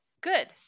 good